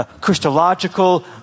Christological